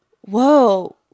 Whoa